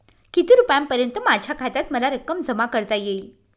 किती रुपयांपर्यंत माझ्या खात्यात मला रक्कम जमा करता येईल?